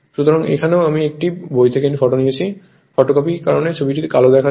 সুতরাং এখানেও আমি একটি বই থেকে নিয়েছি ফটোকপির কারণে এই ছবিটি কালো দেখায়